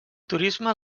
turisme